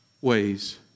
ways